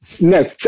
No